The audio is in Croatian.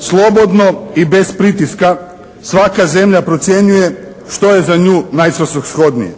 Slobodno i bez pritiska svaka zemlja procjenjuje što je za nju najsvrsishodnije.